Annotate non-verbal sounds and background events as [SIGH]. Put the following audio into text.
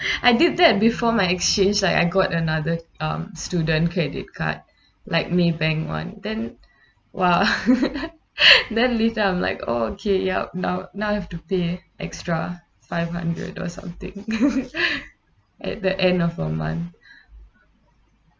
[BREATH] I did that before my exchange like I got another um student credit card like Maybank [one] then !wah! [LAUGHS] [BREATH] then later I'm like oh okay ya now now have to pay extra five hundred or something [LAUGHS] [BREATH] at the end of the month [BREATH]